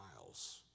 miles